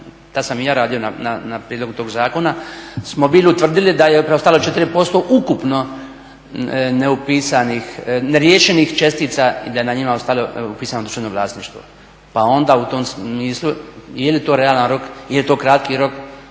tad sam i ja radio na prijedlogu tog zakona, smo bili utvrdili da je preostalo 4% ukupno neriješenih čestica i da je na njima ostalo upisano državno vlasništvo pa onda u tom smislu ili je to realan rok ili je to kratki rok,